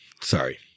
sorry